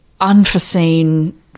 unforeseen